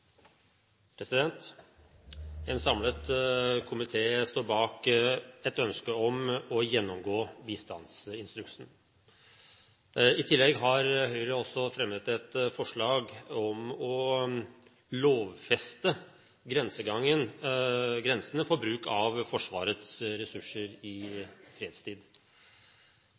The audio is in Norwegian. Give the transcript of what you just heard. En samlet komité står bak et ønske om å gjennomgå bistandsinstruksen. I tillegg har Høyre også fremmet et forslag om å lovfeste grensene for bruk av Forsvarets ressurser i fredstid.